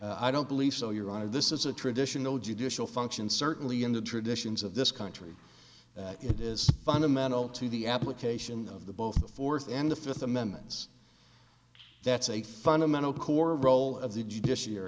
if i don't believe so your honor this is a traditional judicial function certainly in the traditions of this country it is fundamental to the application of the both the fourth and the fifth amendments that's a fundamental core role of the judicia